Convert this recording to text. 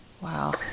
Wow